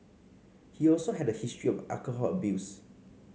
he also had a history of alcohol abuse